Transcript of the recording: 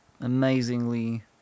amazingly